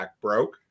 broke